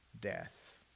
death